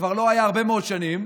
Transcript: שכבר לא היה הרבה מאוד שנים,